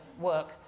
work